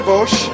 Bush